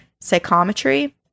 psychometry